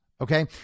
Okay